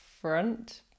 front